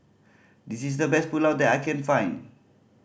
this is the best Pulao that I can find